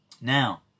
Now